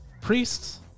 Priests